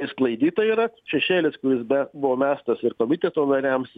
išsklaidyta yra šešėlis kuris be buvo mestos ir komiteto nariams